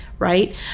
Right